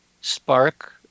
spark